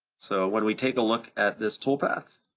so when we take a look at this toolpath,